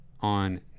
on